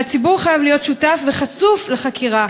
והציבור חייב להיות שותף וחשוף לחקירה.